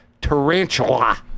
tarantula